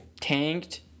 tanked